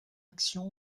action